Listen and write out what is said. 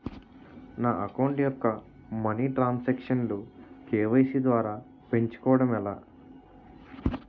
నా అకౌంట్ యెక్క మనీ తరణ్ సాంక్షన్ లు కే.వై.సీ ద్వారా పెంచుకోవడం ఎలా?